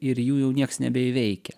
ir jų niekas nebeįveikia